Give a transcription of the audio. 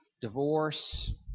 divorce